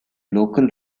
local